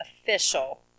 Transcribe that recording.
official